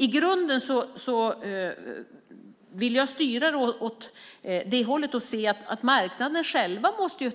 I grunden vill jag styra åt det hållet och vill att marknaden själv